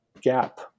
gap